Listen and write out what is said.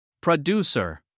Producer